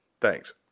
Thanks